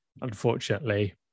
unfortunately